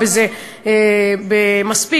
או שדלן,